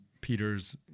Peter's